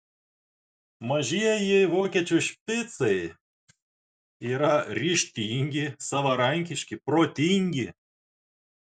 mažieji vokiečių špicai yra ryžtingi savarankiški protingi